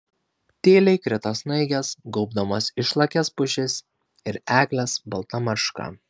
tyliai krito snaigės gaubdamos išlakias pušis ir egles balta marška